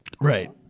Right